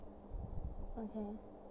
okay